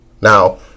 Now